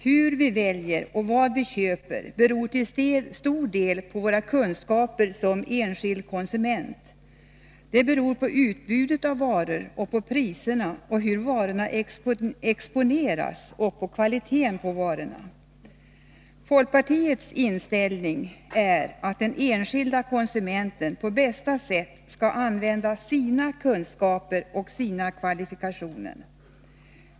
Hur vi väljer och vad vi köper beror till stor del på våra kunskaper som enskilda konsumenter. Det beror på utbudet på varor, priserna, hur varorna exponeras och kvaliteten på varorna. Folkpartiets inställning är att den enskilde konsumenten på bästa sätt skall använda sina kunskaper och sina kvalifikationer.